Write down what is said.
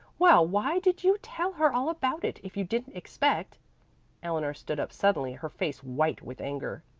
well, why did you tell her all about it, if you didn't expect eleanor stood up suddenly, her face white with anger.